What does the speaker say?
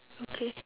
okay